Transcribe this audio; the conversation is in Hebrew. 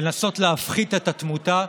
לנסות להפחית את התמותה,